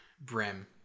Brim